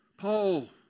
Paul